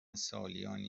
سالیانی